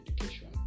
education